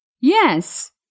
Yes